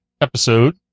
episode